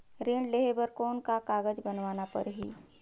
ऋण लेहे बर कौन का कागज बनवाना परही?